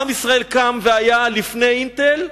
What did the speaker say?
עם ישראל קם והיה לפני "אינטל"